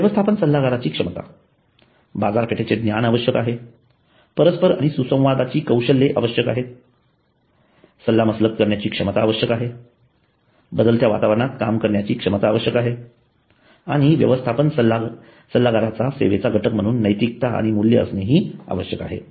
व्यवस्थापन सल्लागाराची क्षमता बाजारपेठेचे ज्ञान आवश्यक आहे परस्पर आणि सुसंवाद कौशल्ये आवश्यक आहेत सल्लामसलत करण्याची क्षमता आवश्यक आहे बदलत्या वातावरणात काम करण्याची क्षमता आवश्यक आहे आणि व्यवस्थापन सल्लागाराचा सेवेचा घटक म्हणून नैतिकता आणि मूल्ये असणे आवश्यक आहेत